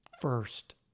first